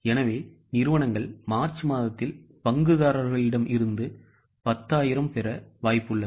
எனவே நிறுவனங்கள் மார்ச் மாதத்தில் பங்குதாரர்களிடமிருந்து 10000 பெற வாய்ப்புள்ளது